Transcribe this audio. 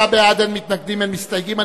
39 בעד, אין מתנגדים, אין מסתייגים.